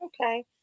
Okay